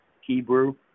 Hebrew